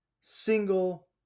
single